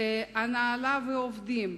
ההנהלה והעובדים,